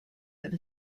have